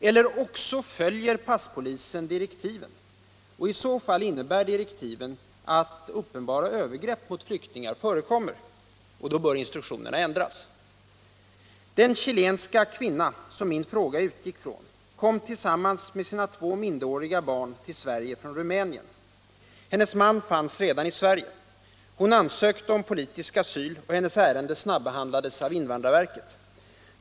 Eller också följer passpolisen direktiven — och i så fall innebär direktiven att uppenbara övergrepp mot flyktingar förekommer. Då bör instruktionerna ändras. Den chilenska kvinna som min fråga utgick från kom tillsammans med sina två minderåriga barn till Sverige från Rumänien. Hennes man fanns redan i Sverige. Hon ansökte om politisk asyl och hennes ärende snabbehandlades av invandrarverket.